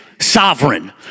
sovereign